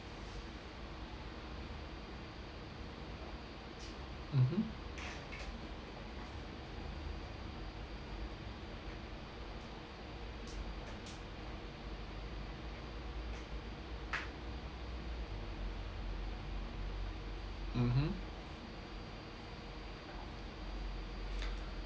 mmhmm mmhmm